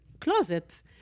closet